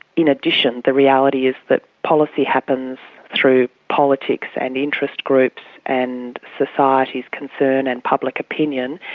in addition, the reality is that policy happens through politics and interest groups and society's concern and public opinion,